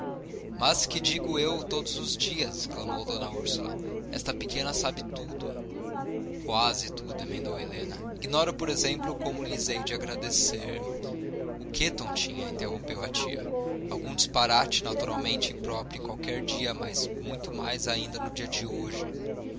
mas que digo eu todos os dias exclamou d úrsula esta pequena sabe tudo quase tudo emendou helena ignoro por exemplo como lhes hei de agradecer o quê tontinha interrompeu a tia algum disparate naturalmente impróprio em qualquer dia mas muito mais ainda no dia de hoje